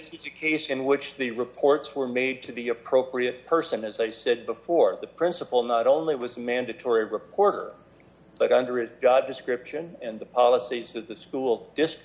it's a case in which the reports were made to the appropriate person as i said before the principle not only was mandatory reporter but under its god description and the policies that the school dis